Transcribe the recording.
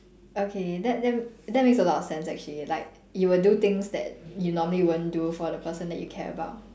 okay that that that makes a lot of sense actually like you would do things that you normally won't do for the person that you care about